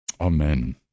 amen